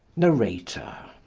the great.